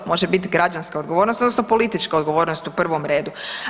Može biti građanska odgovornost odnosno politička odgovornost u prvom redu.